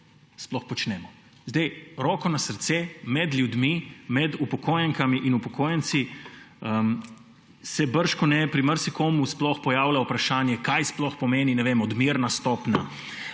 sploh počnemo. Roko na srce, med ljudmi, med upokojenkami in upokojenci se bržkone pri marsikom pojavlja vprašanje, kaj sploh pomeni odmerna stopnja